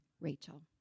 Rachel